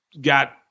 got